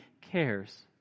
cares